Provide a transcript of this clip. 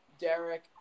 Derek